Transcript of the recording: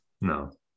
No